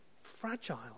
fragile